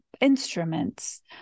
instruments